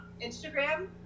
instagram